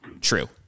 true